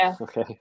Okay